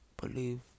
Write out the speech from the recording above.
Believe